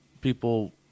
people